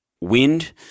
Wind